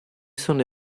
sono